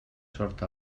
sort